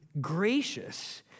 gracious